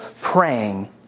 praying